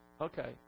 Okay